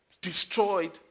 destroyed